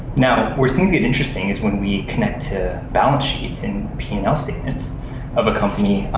now, where things get interesting is when we connect to balance sheets and p and l so of a company,